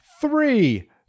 three